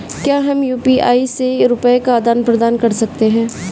क्या हम यू.पी.आई से रुपये का आदान प्रदान कर सकते हैं?